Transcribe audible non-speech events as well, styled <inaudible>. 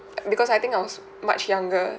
<noise> because I think I was much younger